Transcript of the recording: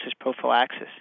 prophylaxis